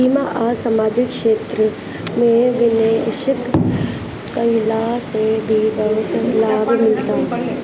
बीमा आ समाजिक क्षेत्र में निवेश कईला से भी बहुते लाभ मिलता